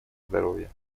здоровья